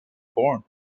horn